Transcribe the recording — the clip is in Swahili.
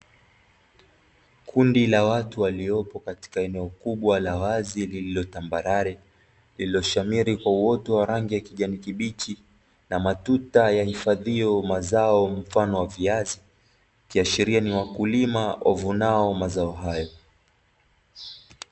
Kundi la watu waliopo katika eneo kubwa la wazi lililo tambarare lililoshamiri kwa uoto wa rangi ya kijani kibichi, na matuta yahifadhiyo mazao mfano wa viazi, ikiashiria ni wakulima wavunao mazao hayo.